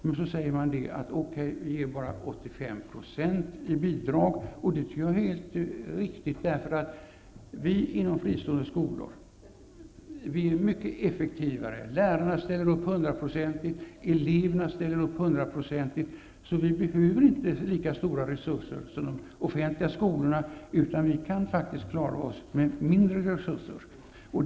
Man säger att man skall ge dem bara 85 % i bidrag, och jag tycker att det är helt riktigt. Vi på de fristående skolorna är mycket effektivare. Lärarna och även eleverna ställer upp hundraprocentigt, så vi behöver inte lika stora resurser som de offentliga skolorna utan kan faktiskt klara oss med mindre resurser.